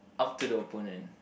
up to the opponent